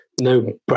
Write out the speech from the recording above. no